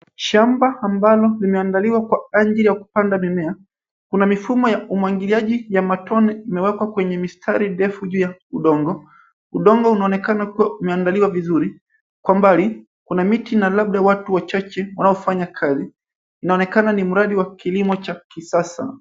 Shamba ambalo limeandaliwa kwa ajili ya kupanda mimea, kuna mifumo ya umwangiliaji ya matone imewekwa kwenye mistari ndefu juu ya udongo. Udongo unaonekana kuwa umeandaliwa vizuri. Kwa mbali kuna miti na labda watu wachache wanaofanya kazi. Inaonekana ni mradi wa kilimo cha kisasa.